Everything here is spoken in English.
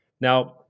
Now